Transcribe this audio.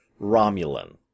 Romulan